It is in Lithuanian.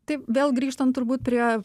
taip vėl grįžtant turbūt prie